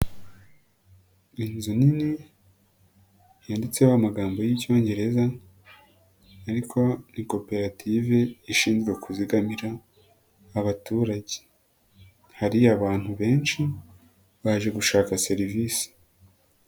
Inzu nini yanditseho amagambo y'Icyongereza ariko ni koperative ishinzwe kuzigamira abaturage, hari abantu benshi baje gushaka serivisi.